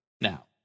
Now